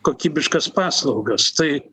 kokybiškas paslaugas tai